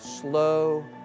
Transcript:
Slow